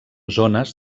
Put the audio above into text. zones